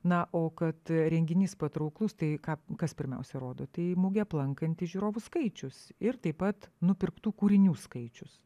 na o kad renginys patrauklus tai ką kas pirmiausia rodo tai mugę aplankantis žiūrovų skaičius ir taip pat nupirktų kūrinių skaičius